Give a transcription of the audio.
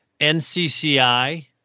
NCCI